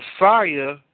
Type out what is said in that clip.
Messiah